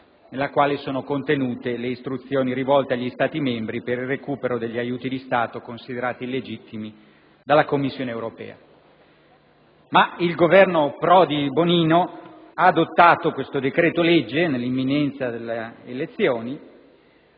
nella quale sono contenute le istruzioni rivolte agli Stati membri per il recupero degli aiuti di Stato considerati illegittimi dalla Commissione europea. Tuttavia, il Governo Prodi-Bonino ha adottato questo decreto-legge nell'imminenza delle elezioni,